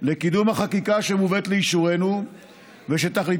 לקידום החקיקה שמובאת לאישורנו ושתכליתה